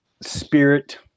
Spirit